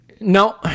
No